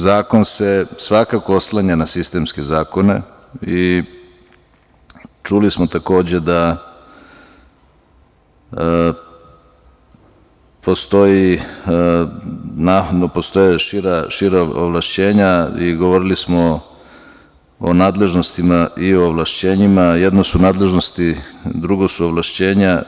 Zakon se svakako oslanja na sistemske zakone i čuli smo takođe da postoji, navodno postoje šira ovlašćenja i govorili smo o nadležnostima i o ovlašćenjima, Jedno su nadležnosti, drugo su ovlašćenja.